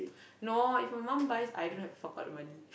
no if my mum buys I don't have to fork out the money